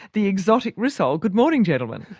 the exotic rissole. good morning, gentlemen.